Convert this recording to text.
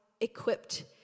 equipped